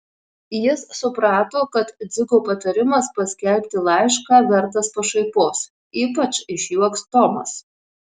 jis suprato kad dzigo patarimas paskelbti laišką vertas pašaipos ypač išjuoks tomas